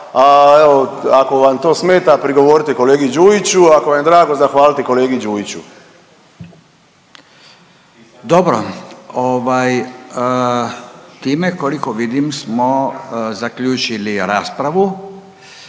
ako vam to smeta prigovorite kolegi Đujiću. Ako vam je drago zahvalite kolegi Đujiću. **Radin, Furio (Nezavisni)** Dobro. Time koliko vidim smo zaključili raspravu